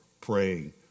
praying